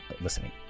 listening